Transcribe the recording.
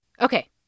Okay